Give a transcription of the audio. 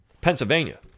Pennsylvania